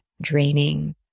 draining